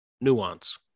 Nuance